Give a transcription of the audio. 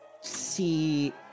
see